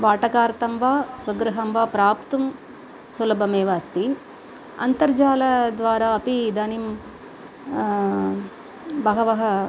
भाटकार्थं वा स्वगृहं वा प्राप्तुं सुलभमेव अस्ति अन्तर्जालद्वारा अपि इदानीं बहवः